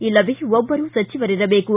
ಇಲ್ಲವೇ ಒಬ್ಬರು ಸಚಿವರಿರಬೇಕು